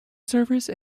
service